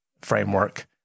framework